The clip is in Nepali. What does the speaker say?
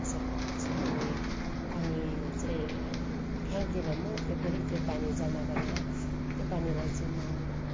त्यसरी पखाल्छु अनि पानी चाहिँ फ्याँक्दिनँ म त्यो फेरि त्यो पानी जमा गरेर त्यो पानीलाई चाहिँ म